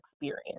experience